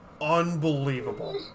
Unbelievable